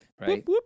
right